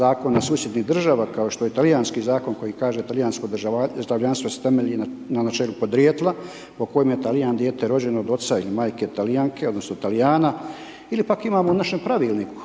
zakona susjednih država, kao što je talijanski zakon koji kaže talijansko državljanstvo se temelji na načelu podrijetla, po kojem je Talijan dijete rođeno od oca i majke Talijanke, odnosno Talijana, ili pak imamo u našem pravilniku